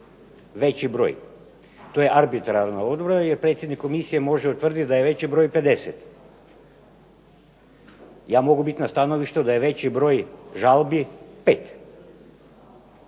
veći broj. To je arbitražna odredba, jer predsjednik komisije može utvrditi da je veći broj 50. ja mogu biti na stanovištu da je veći broj žalbi 5.